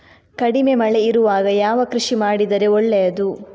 ಕಡಿಮೆ ಮಳೆ ಇರುವಾಗ ಯಾವ ಕೃಷಿ ಮಾಡಿದರೆ ಒಳ್ಳೆಯದು?